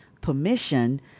permission